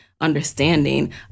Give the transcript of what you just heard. understanding